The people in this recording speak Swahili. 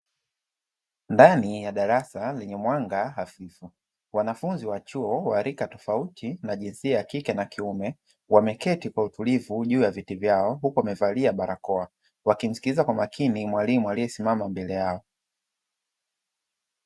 Ndani ya darasa lenye mwanga hafifu wanafunzi wa chuo wa rika tofauti wa jinsia ya kike na kiume wameketi kwa utulivu juu ya viti vyao huku wamevalia barakoa, wakimsikiliza kwa makini mwalimu aliyesimama mbele yao.